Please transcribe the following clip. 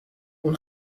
اون